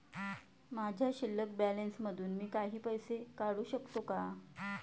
माझ्या शिल्लक बॅलन्स मधून मी काही पैसे काढू शकतो का?